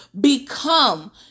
become